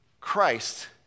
Christ